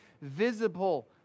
visible